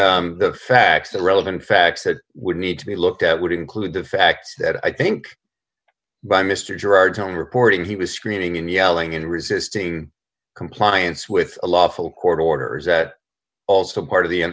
the facts the relevant facts that would need to be looked at would include the fact that i think by mr gerard telling reporting he was screaming and yelling and resisting compliance with a lawful court orders at all so part of the